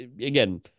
again